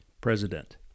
president